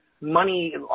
money